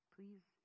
Please